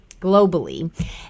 globally